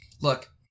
Look